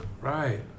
right